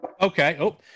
Okay